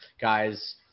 guys